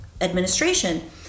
administration